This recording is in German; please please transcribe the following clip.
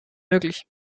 möglich